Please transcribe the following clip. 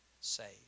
saved